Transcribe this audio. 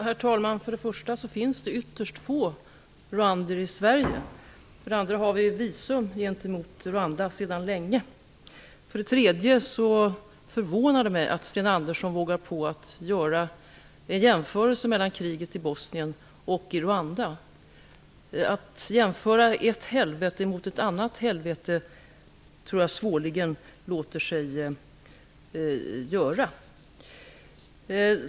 Herr talman! För det första finns det ytterst få rwandier i Sverige. För det andra har vi visumtvång gentemot Rwanda sedan länge. För det tredje förvånar det mig att Sten Andersson i Malmö vågar sig på att göra en jämförelse mellan kriget i Bosnien och kriget i Rwanda. Att jämföra ett helvete med ett annat helvete tror jag svårligen låter sig göras.